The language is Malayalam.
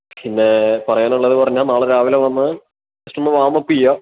പിന്നെ പറയാനുള്ളത് പറഞ്ഞാൽ നാളെ രാവിലെ വന്ന് ജസ്റ്റ് ഒന്ന് വാമപ്പ് ചെയ്യുക